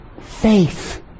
faith